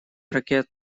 ракет